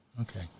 Okay